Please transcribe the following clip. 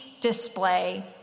display